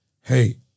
hey